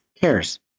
cares